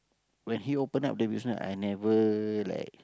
when he open up the business I never like